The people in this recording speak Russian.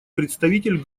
представитель